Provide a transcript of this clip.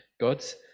gods